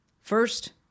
first